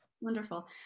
Wonderful